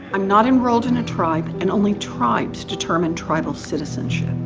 i'm not enrolled in a tribe, and only tribes determine tribal citizenship.